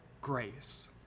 Grace